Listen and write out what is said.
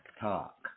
talk